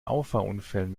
auffahrunfällen